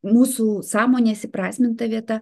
mūsų sąmonės įprasminta vieta